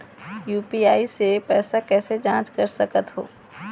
UPI से पैसा कैसे जाँच कर सकत हो?